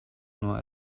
nur